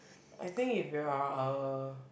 I think if you're a